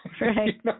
Right